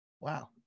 Wow